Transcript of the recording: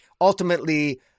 ultimately